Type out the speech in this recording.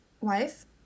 wife